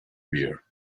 beer